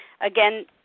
Again